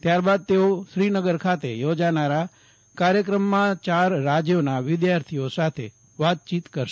ત્યારબાદ તેઓ શ્રીનગર ખાતે યોજાનારા કાર્યક્રમમાં ચાર રાજ્યોના વિધાર્થીઓ સાથે વાતયીત કરશે